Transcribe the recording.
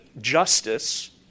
justice